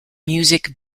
music